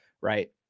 right